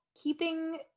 keeping